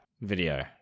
video